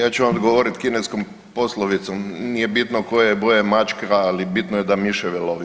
Ja ću vam odgovoriti kineskom poslovicom nije bitno koje je boje mačka, ali bitno je da miševe lovi.